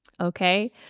okay